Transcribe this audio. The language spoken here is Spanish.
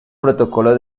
protocolo